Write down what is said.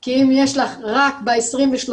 כי אם יש לך רק ב- 23%,